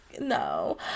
no